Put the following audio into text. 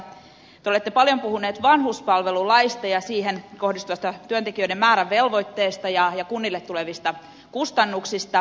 te olette paljon puhunut vanhuspalvelulaista ja siihen kohdistuvasta työntekijöiden määrää koskevasta velvoitteesta ja kunnille tulevista kustannuksista